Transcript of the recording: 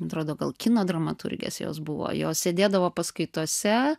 atrodo gal kino dramaturgės jos buvo jos sėdėdavo paskaitose